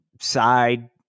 side